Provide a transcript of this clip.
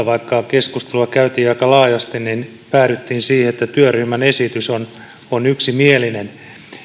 vaikka keskustelua käytiin aika laajasti päädyttiin siihen että työryhmän esitys on on yksimielinen